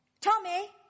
Tommy